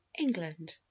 England